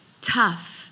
tough